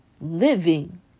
living